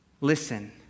listen